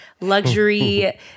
luxury